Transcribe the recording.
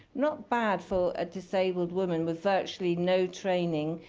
not bad for a disabled woman with virtually no training.